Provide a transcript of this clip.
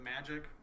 magic